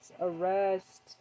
arrest